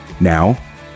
Now